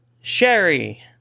Sherry